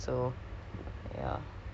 oh you tinggal mana